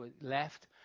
left